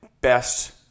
best